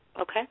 Okay